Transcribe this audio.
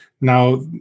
now